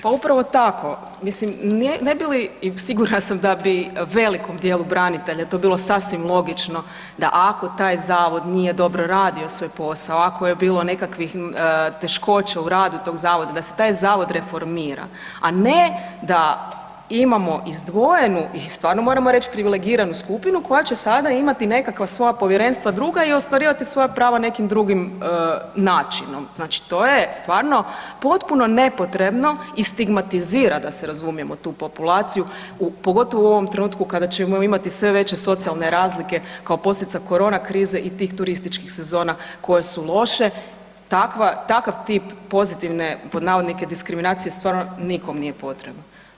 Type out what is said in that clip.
Pa upravo tako, mislim, ne bi li, sigurna sam da bi velikom djelu branitelja to bilo sasvim logično da ako taj zavod nije dobro radio svoj posao, ako je bilo nekakvih teškoća u radu tog zavoda, da se taj zavod reformira a ne da imamo izdvojenu, i stvarno moramo reći privilegiranu skupinu koja će se sada imati nekakva svoja povjerenstva druga i ostvariti svoja prava nekim drugim načinom, znači to je stvarno potpuno nepotrebno i stigmatizira, da se razumijemo tu populaciju, pogotovo u ovom trenutku kada ćemo imati sve veće socijalne razlike kao posljedica korona krize i tih turističkih sezona koje su loše, takav tip pozitivne „diskriminacije“ stvarno nikom nije potrebno.